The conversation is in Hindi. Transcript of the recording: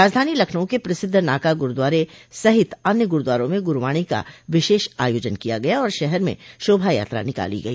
राजधानी लखनऊ के प्रसिद्ध नाका गुरूद्वारे सहित अन्य गुरूद्वारों में गुरूवाणी का विशेष आयोजन किया गया और शहर में शोभा यात्रा निकाली गई